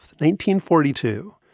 1942